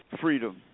freedom